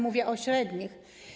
Mówię o średnich.